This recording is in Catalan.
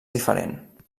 diferent